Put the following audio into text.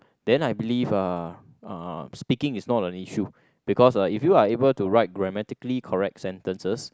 then I believe uh speaking is not an issue because uh if you are able to write grammatically correct sentences